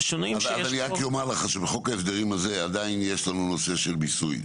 אז אני רק אומר לך שבחוק ההסדרים הזה עדיין יש לנו נושא של מיסוי,